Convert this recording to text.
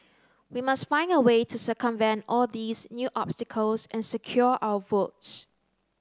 we must find a way to circumvent all these new obstacles and secure our votes